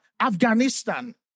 Afghanistan